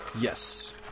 Yes